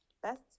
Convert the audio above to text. Best